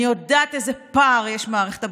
ואני יודעת איזה פער יש במערכת הבריאות,